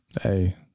Hey